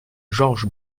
georges